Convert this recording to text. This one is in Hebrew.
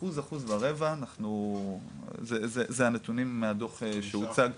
אחוז אחוז ורבע זה הנתונים מהדוח שהוצג,